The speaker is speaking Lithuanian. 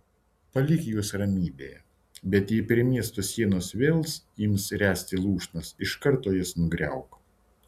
palik juos ramybėje bet jei prie miesto sienos vėl ims ręsti lūšnas iš karto jas nugriauk